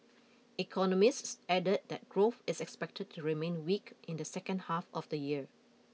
economists added that growth is expected to remain weak in the second half of the year